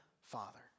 father